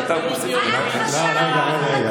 העם חשב שזהות יהודית,